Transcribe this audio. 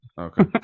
Okay